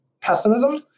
pessimism